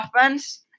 offense